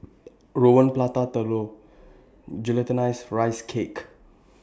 Rawon Prata Telur Glutinous Rice Cake